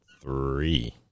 three